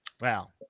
Wow